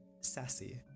sassy